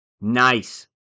Nice